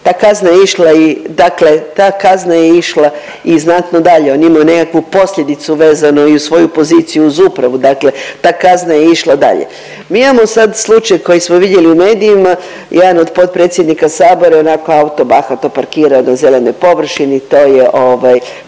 ta kazna je išla i znatno dalje, on je imao nekakvu posljedicu vezano i uz svoju poziciju uz upravu, dakle ta kazna je išla dalje. Mi imamo sad slučaj koji smo vidjeli u medijima, jedan od potpredsjednika Sabora je onako auto bahato parkirao na zelenoj površini i to je